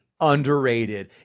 underrated